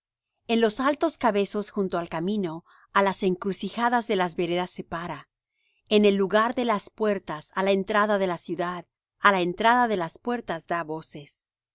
en los altos cabezos junto al camino a las encrucijadas de las veredas se para en el lugar de las puertas á la entrada de la ciudad a la entrada de las puertas da voces